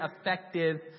effective